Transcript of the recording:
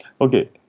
okay